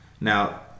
Now